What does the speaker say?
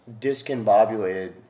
discombobulated